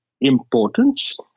importance